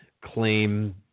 claim